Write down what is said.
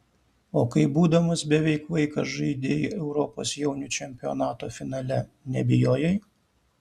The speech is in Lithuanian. o kai būdamas beveik vaikas žaidei europos jaunių čempionato finale nebijojai